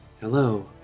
hello